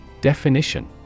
Definition